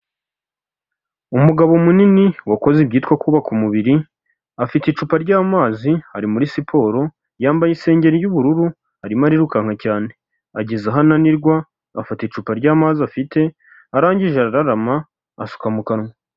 Umugabo munini wakoze ibyitwa kubaka umubiri, afite icupa ry'amazi ari muri siporo, yambaye isenge ry'ubururu arimo arirukanka cyane, ageze aho ananirwa afata icupa ry'amazi afite, arangije arararama asuka mu kanwa.